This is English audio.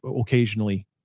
occasionally